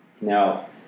Now